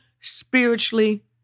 spiritually